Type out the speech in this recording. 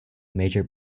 major